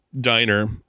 diner